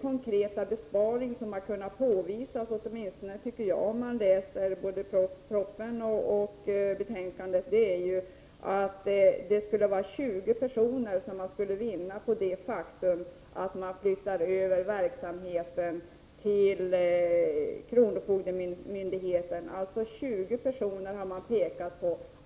konkreta besparing som har kunnat påvisas, åtminstone anser jag det efter läsning av propositionen och betänkandet, är att man skulle vinna 20 tjänster på det faktum att verksamheten flyttas över till kronofogdemyndigheten. 20 personer har pekats ut.